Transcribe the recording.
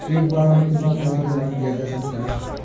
एक बार में कितना पैसा जमा किया जा सकता है?